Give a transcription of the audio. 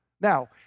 Now